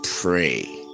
pray